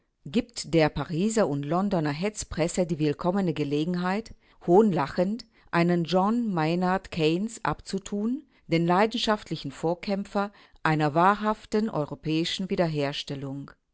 gibt der pariser und londoner hetzpresse die willkommene gelegenheit hohnlachend einen john maynard keynes abzutun den leidenschaftlichen vorkämpfer einer wahrhaften europäischen wiederherstellung